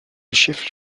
chef